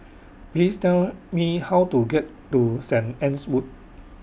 Please Tell Me How to get to Saint Anne's Wood